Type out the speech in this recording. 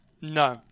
No